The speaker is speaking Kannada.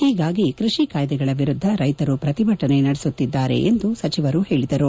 ಹೀಗಾಗಿ ಕೃಷಿ ಕಾಯ್ದೆಗಳ ವಿರುದ್ದ ರೈತರು ಪ್ರತಿಭಟನೆ ನಡೆಸುತ್ತಿದ್ದಾರೆ ಎಂದು ಸಚಿವರು ಹೇಳಿದರು